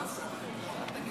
תודה רבה.